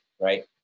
right